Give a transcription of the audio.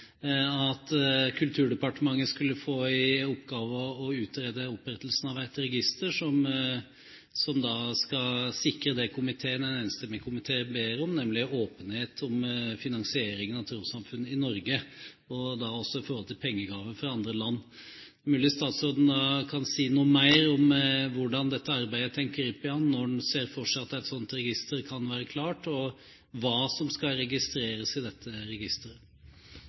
at Kulturdepartementet skulle få i oppgave å utrede opprettelsen av et register som skal sikre det en enstemmig komité ber om, nemlig åpenhet om finansiering av trossamfunn i Norge, også når det gjelder pengegaver fra andre land. Det er mulig at statsråden kan si noe mer om hvordan dette arbeidet er tenkt grepet an. Når ser man for seg at et slikt register kan være klart? Hva skal registreres i dette registeret?